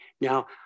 Now